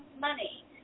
money